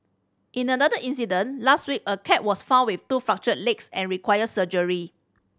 in another incident last week a cat was found with two fractured legs and required surgery